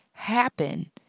Happen